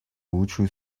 лучшую